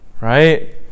right